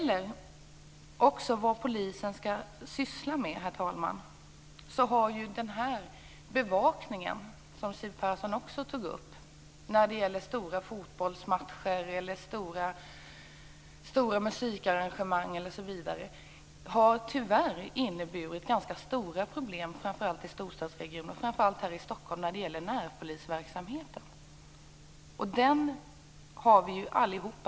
När det gäller polisens uppgifter vill jag säga att bevakningen av stora fotbollsmatcher, stora musikarrangemang osv. tyvärr har inneburit ganska stora problem framför allt i storstadsregionerna, och framför allt här i Stockholm, när det gäller närpolisverksamheten. Detta tog även Siv Persson upp.